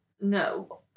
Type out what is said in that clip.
No